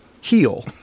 heal